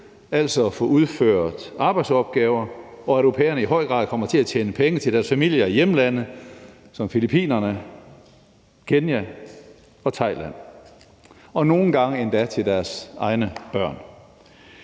altså at få udført arbejdsopgaver, og at au pairerne i høj grad kommer til at tjene penge til deres familier i hjemlande som Filippinerne, Kenya og Thailand, og nogle gange endda deres til egne børn.